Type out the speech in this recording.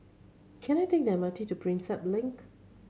can I take the M R T to Prinsep Link